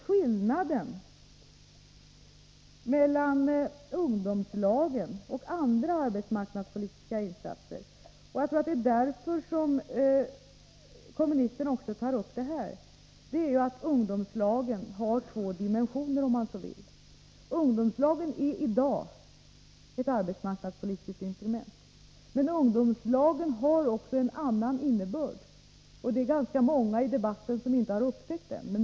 Skillnaden mellan ungdomslagen och andra arbetsmarknadspolitiska insatser — och jag tror att det är därför som kommunisterna tar upp det här — är att ungdomslagen har två dimensioner, om man vill uttrycka det så. Ungdomslagen är i dag ett arbetsmarknadspolitiskt instrument. Men ungdomslagen har också en annan innebörd. Det är ganska många i debatten som inte har upptäckt denna.